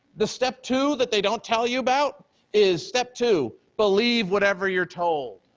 the step two that they don't tell you about is step two, believe whatever you're told.